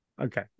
Okay